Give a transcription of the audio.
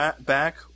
back